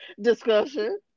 discussion